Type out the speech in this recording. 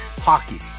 hockey